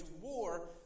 war